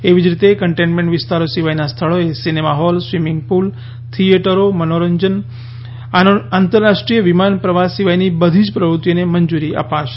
એવી જ રીતે કન્ટેનમેન્ટ વિસ્તારો સિવાયના સ્થળોએ સિનેમા હોલ સ્વિમીંગ પુલ થિયેટરો મનોરંજન આંતરરાષ્ટ્રીય વિમાન પ્રવાસ સિવાયની બધી જ પ્રવૃત્તિઓને મંજૂરી અપાશે